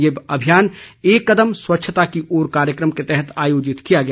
ये अभियान एक कदम स्वच्छता की ओर कार्यक्रम के तहत आयोजित किया गया